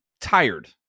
tired